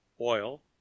oil